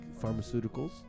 pharmaceuticals